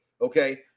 Okay